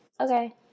okay